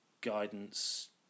guidance